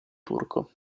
turco